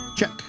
Check